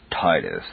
Titus